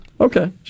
Okay